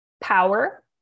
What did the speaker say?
power